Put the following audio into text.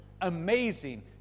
Amazing